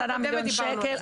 נכון, 10 מיליון שקל.